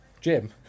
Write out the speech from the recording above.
Jim